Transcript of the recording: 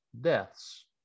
deaths